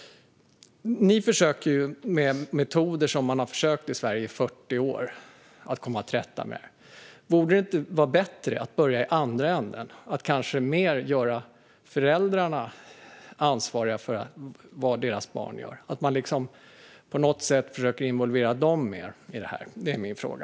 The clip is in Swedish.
Ni försöker komma till rätta med detta med metoder som man har försökt med i Sverige i 40 år. Borde det inte vara bättre att börja i andra änden och kanske göra föräldrarna mer ansvariga för vad deras barn gör? Kan man på något sätt försöka involvera dem mer i detta?